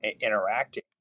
interacting